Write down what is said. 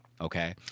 okay